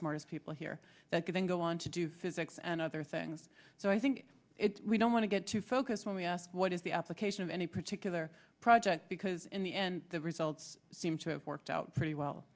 smartest people here that could then go on to do physics and other things so i think it's we don't want to get too focused when we ask what is the application of any particular project because in the end the results seem to have worked out pretty well